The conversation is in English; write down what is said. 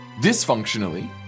dysfunctionally